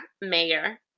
mayor